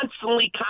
constantly